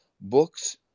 books